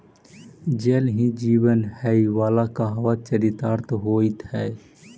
जल ही जीवन हई वाला कहावत चरितार्थ होइत हई